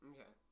Okay